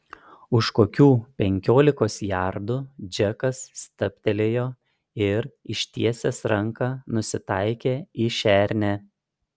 už kokių penkiolikos jardų džekas stabtelėjo ir ištiesęs ranką nusitaikė į šernę